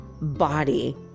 body